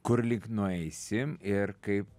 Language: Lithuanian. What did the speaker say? kur lyg nueisim ir kaip